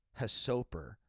Hasoper